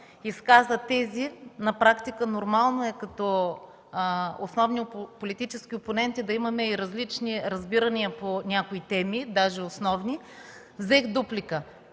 изказа тéзи – на практика е нормално като основни политически опоненти да имаме и различни разбирания по някои теми, даже основни, взех дуплика.